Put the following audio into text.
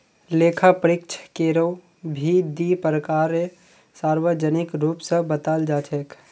लेखा परीक्षकेरो भी दी प्रकार सार्वजनिक रूप स बताल जा छेक